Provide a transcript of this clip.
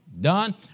Done